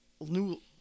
new